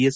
S